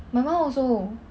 my mum also